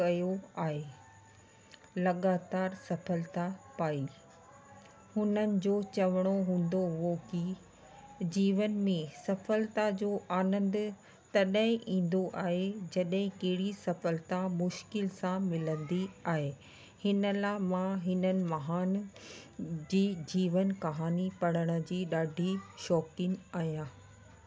कयो आहे लॻातारि सफलता पाई हुननि जो चवणो हूंदो हुओ की जीवन में सफलता जो आनंदु तॾहिं ईंदो आहे जॾहिं कहिड़ी सफलता मुश्किल सां मिलंदी आहे हिन लाइ मां हिननि महान जी जीवन कहानी पढ़ण जी ॾाढी शौक़ीन आहियां